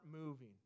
moving